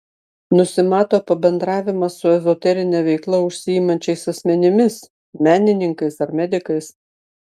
nusimato pabendravimas su ezoterine veikla užsiimančiais asmenimis menininkais ar medikais